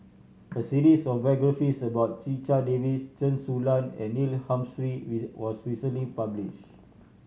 a series of biographies about Checha Davies Chen Su Lan and Neil Humphreys was recently published